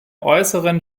äußeren